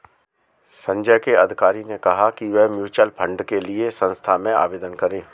संजय के अधिकारी ने कहा कि वह म्यूच्यूअल फंड के लिए संस्था में आवेदन करें